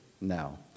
now